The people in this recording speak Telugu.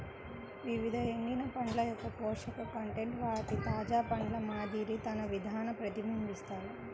వివిధ ఎండిన పండ్ల యొక్కపోషక కంటెంట్ వాటి తాజా పండ్ల మాదిరి తన విధాన ప్రతిబింబిస్తాయి